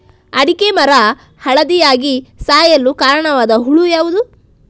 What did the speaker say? ಅಡಿಕೆ ಮರ ಹಳದಿಯಾಗಿ ಸಾಯಲು ಕಾರಣವಾದ ಹುಳು ಯಾವುದು?